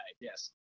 yes